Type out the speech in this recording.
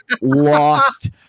lost